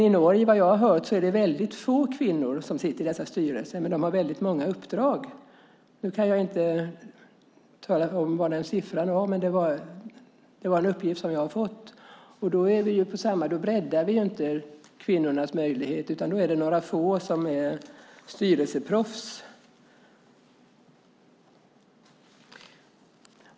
Efter vad jag hört är det väldigt få kvinnor i Norge som sitter i styrelser. Däremot har de kvinnorna väldigt många uppdrag. Jag kan dock inte ange en siffra, men jag har fått en uppgift om det. Men då breddar vi inte kvinnornas möjligheter, utan några få är styrelseproffs.